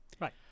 Right